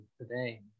today